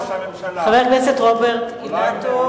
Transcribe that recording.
חבר הכנסת רוברט אילטוב.